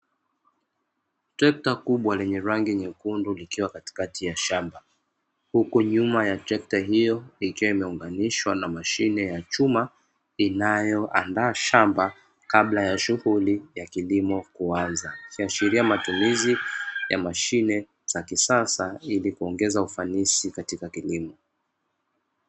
Trekta kubwa lenye rangi nyekundu likiwa katikati ya shamba, huku nyuma ya trekta hiyo ikiwa imeunganishwa na mashine ya chuma inayoaanda shamba kabla ya shughuli ya kilimo kuanza, ikiashiria matumizi ya mashine za kujitoa ili kuongeza ufanisi katika kilimo.